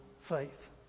faith